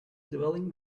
dwelling